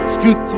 Scoot